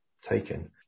taken